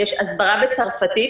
יש הסברה בצרפתית,